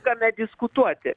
kame diskutuoti